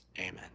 Amen